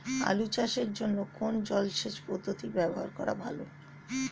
আলু চাষের জন্য কোন জলসেচ পদ্ধতি ব্যবহার করা ভালো?